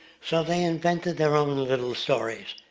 so they invented their own little stories,